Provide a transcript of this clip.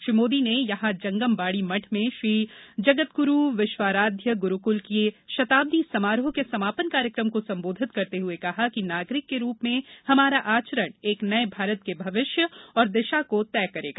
श्री मोदी ने यहां जंगम बाडी मठ में श्री जगदग्रू विश्वाराध्य ग्रूक्ल के शताब्दी समारोह के समापन कार्यक्रम को संबोधित करते हुए कहा कि नागरिक के रूप में हमारा आचरण एक नये भारत के भविष्य और दिशा को तय करेगा